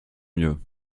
mieux